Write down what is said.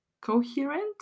Coherent